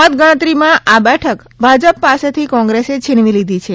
મતગણતરીમા આ બેઠક ભાજપ પાસેથી કોગ્રેસે છીનવી લીધી છે